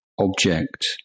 object